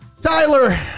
Tyler